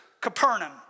Capernaum